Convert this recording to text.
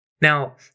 Now